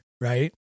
right